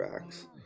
backs